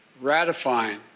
ratifying